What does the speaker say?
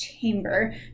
chamber